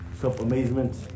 self-amazement